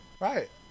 Right